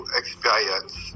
experience